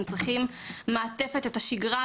הם צריכים מעטפת ושגרה.